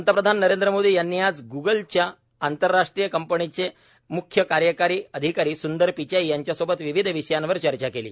पंतप्रधान नरेंद्र मोदी यांनी आज ग्गल या आंतरराष्ट्रीय कंपनीचे म्ख्य कार्यकारी अधिकारी सुंदर पिचाई यांच्यासोबत विविध विषयांवर चर्चा केली